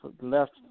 Left